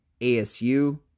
ASU